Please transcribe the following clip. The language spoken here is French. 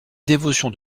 dévotion